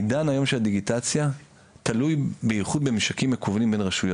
העידן היום של הדיגיטציה תלוי בייחוד בממשקים מקוונים בין רשויות,